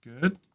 good